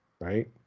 right